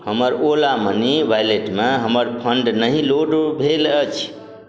हमर Ola money वैलेटमे हमर फण्ड नहि लोड भेल अछि